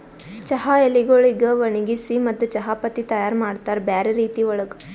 ಚಹಾ ಎಲಿಗೊಳಿಗ್ ಒಣಗಿಸಿ ಮತ್ತ ಚಹಾ ಪತ್ತಿ ತೈಯಾರ್ ಮಾಡ್ತಾರ್ ಬ್ಯಾರೆ ರೀತಿ ಒಳಗ್